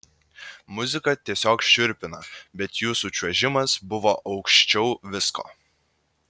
muzika tiesiog šiurpina bet jūsų čiuožimas buvo aukščiau visko